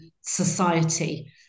society